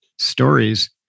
stories